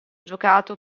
giocato